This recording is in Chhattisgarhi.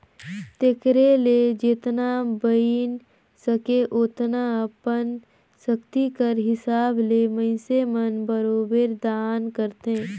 तेकरे ले जेतना बइन सके ओतना अपन सक्ति कर हिसाब ले मइनसे मन बरोबेर दान करथे